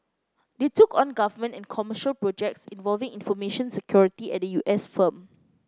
they took on government and commercial projects involving information security at the U S firm